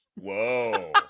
Whoa